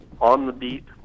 on-the-beat